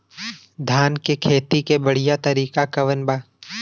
धान के खेती के बढ़ियां तरीका कवन बा?